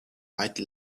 white